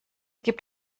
gibt